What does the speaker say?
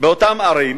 באותן ערים